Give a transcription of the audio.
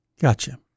Gotcha